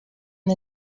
the